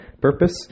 purpose